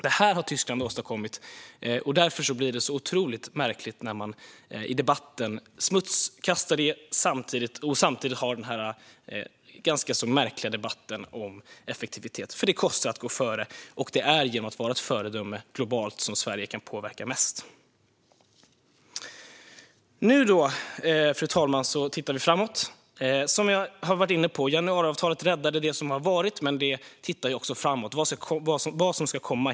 Detta har Tyskland åstadkommit, och därför blir det otroligt märkligt när man smutskastar det och samtidigt för den märkliga debatten om effektivitet. Det kostar att gå före, och det är genom att vara ett föredöme globalt som Sverige kan påverka mest. Nu, fru talman, tittar vi framåt. Januariavtalet räddade, som jag har varit inne på, det som har varit, men det tittar också framåt mot vad som ska komma.